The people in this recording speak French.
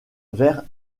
vers